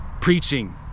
preaching